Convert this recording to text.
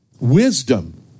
Wisdom